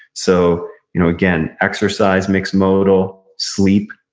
so you know again, exercise mixed modal, sleep,